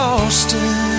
Austin